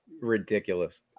Ridiculous